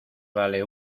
vale